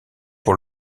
pour